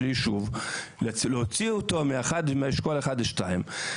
של הישוב היא להוציא אותו מאשכול 1-2,